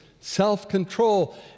self-control